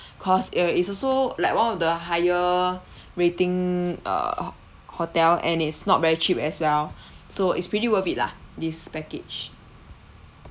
cause uh it's also like one of the higher rating err ho~ hotel and it's not very cheap as well so it's pretty worth it lah this package